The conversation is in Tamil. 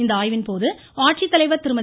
இந்த ஆய்வின்போது ஆட்சித்தலைவர் திருமதி